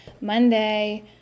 monday